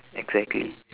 exactly